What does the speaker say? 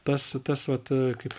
tas tas vat kaip